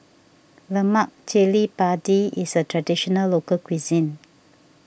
Lemak Cili Padi is a Traditional Local Cuisine